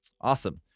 Awesome